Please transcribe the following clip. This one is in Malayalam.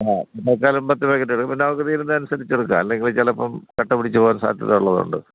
ആ തല്ക്കാലം പത്ത് പേക്കെറ്റ് എട് പിന്നെ അതൊക്കെ തീരുന്നത് അനുസരിച്ച് എടുക്കാം അല്ലെങ്കിൽ ചിലപ്പം കട്ട പിടിച്ച് പോവാൻ സാധ്യത ഉള്ളത്കൊണ്ട്